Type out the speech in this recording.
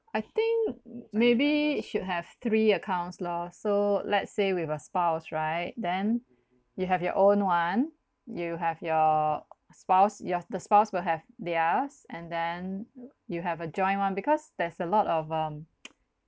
I think m~ maybe should have three accounts lor so let's say with a spouse right then you have your own [one] you have your spouse your the spouse will have theirs and then you have a joint one because there's a lot of um